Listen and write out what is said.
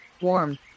warm